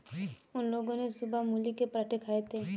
उन लोगो ने सुबह मूली के पराठे खाए थे